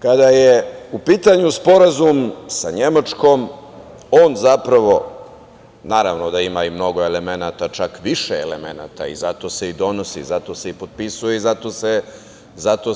Kada je u pitanju sporazum sa Nemačkom, naravno da on ima i mnogo elemenata, čak više elemenata, zato se i donosi, zato se i potpisuje i